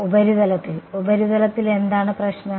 ഉപരിതലത്തിൽ ഉപരിതലത്തിൽ എന്താണ് പ്രശ്നം